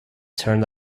turned